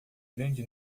grande